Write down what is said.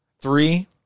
Three